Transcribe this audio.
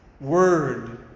word